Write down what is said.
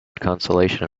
consolation